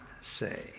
say